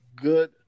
good